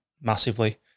massively